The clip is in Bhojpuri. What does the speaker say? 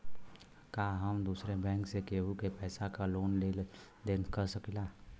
का हम दूसरे बैंक से केहू के पैसा क लेन देन कर सकिला?